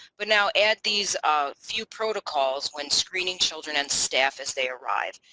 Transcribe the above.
but now add these few protocols when screening children and staff as they arrive.